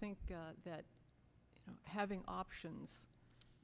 think that having options